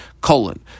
colon